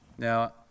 Now